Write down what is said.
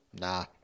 nah